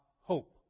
hope